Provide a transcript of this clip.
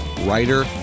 writer